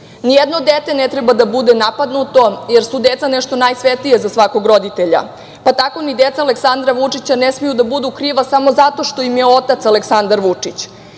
Srbije. Nijedno dete ne treba da bude napadnuto, jer su deca nešto najsvetije za svakog roditelja, pa tako ni deca Aleksandra Vučića ne smeju da budu kriva samo zato što im je otac Aleksandar Vučić.